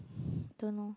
don't know